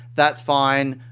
that's fine.